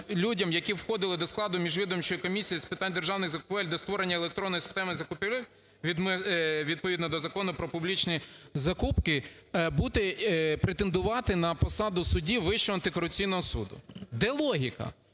людям, які входили до складу Міжвідомчої комісії з питань державних закупівель для створення електронної системи закупівель відповідно до Закону про публічні закупки бути, претендувати на посаду судді Вищого антикорупційного суду. Де логіка?